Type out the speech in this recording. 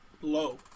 low